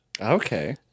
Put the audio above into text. Okay